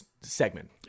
segment